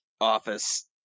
office